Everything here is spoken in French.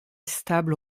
stable